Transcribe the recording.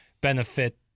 benefit